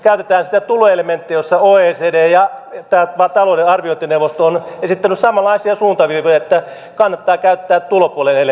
käytetään sitä tuloelementtiä josta oecd ja tämä talouden arviointineuvosto ovat esittäneet samanlaisia suuntaviivoja että kannattaa käyttää tulopuolen elementtejä mukana